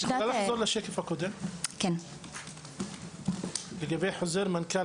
את יכולה לחזור לשקף הקודם לגבי חוזר מנכ"ל